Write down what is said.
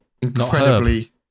incredibly